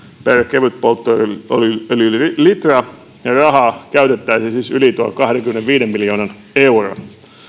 per kevytpolttoöljylitra ja rahaa käytettäisiin siis yli tuon kahdenkymmenenviiden miljoonan euron